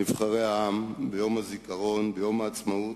נבחרי העם, ביום הזיכרון, ביום העצמאות.